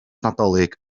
nadolig